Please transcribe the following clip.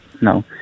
No